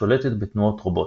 השולטת בתנועות רובוט.